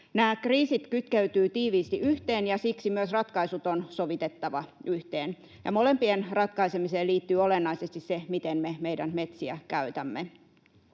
Nämä kriisit kytkeytyvät tiiviisti yhteen, ja siksi myös ratkaisut on sovitettava yhteen. Molempien ratkaisemiseen liittyy olennaisesti se, miten me meidän metsiä käytämme.